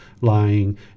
lying